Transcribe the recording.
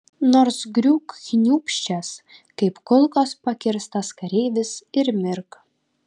nors griūk kniūbsčias kaip kulkos pakirstas kareivis ir mirk